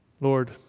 Lord